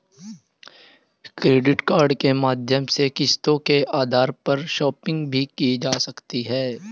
credit card के माध्यम से किस्तों के आधार पर शापिंग की जा सकती है